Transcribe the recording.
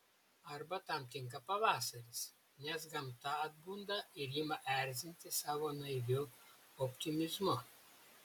arba tam tinka pavasaris nes gamta atbunda ir ima erzinti savo naiviu optimizmu